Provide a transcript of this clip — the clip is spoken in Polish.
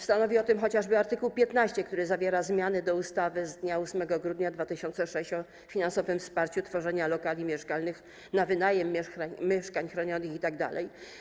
Stanowi o tym chociażby art. 15, który zawiera zmiany do ustawy z dnia 8 grudnia 2006 r. o finansowym wsparciu tworzenia lokali mieszkalnych na wynajem, mieszkań chronionych itd.